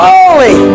Holy